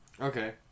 Okay